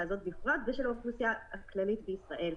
הזאת בפרט ושל האוכלוסייה הכללית בישראל.